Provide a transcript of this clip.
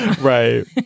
right